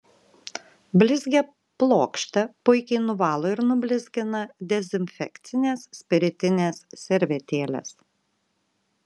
blizgią plokštę puikiai nuvalo ir nublizgina dezinfekcinės spiritinės servetėlės